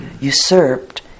usurped